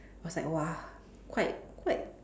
I was like !wah! quite quite